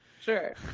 sure